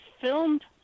filmed